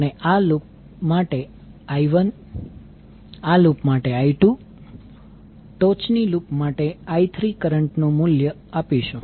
આપણે આ લૂપ માટે I1 આ લૂપ માટે I2 ટોચની લૂપ માટે I3 કરંટ નું મૂલ્ય આપીશું